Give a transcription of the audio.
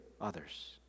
others